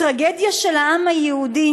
הטרגדיה של העם היהודי